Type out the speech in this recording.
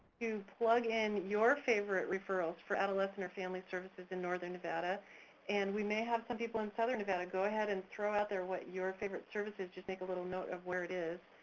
to plug in your favorite referrals for adolescent or family services in northern nevada and we may have some people in southern nevada, go ahead and throw out there what your favorite service is, just make a little note of where it is.